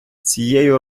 цією